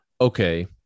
okay